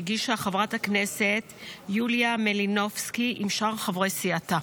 שהגישה חברת הכנסת יוליה מלינובסקי עם שאר חברי סיעתה.